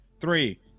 Three